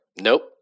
nope